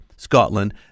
Scotland